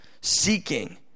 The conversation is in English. seeking